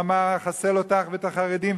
הוא אמר: אחסל אותך ואת החרדים.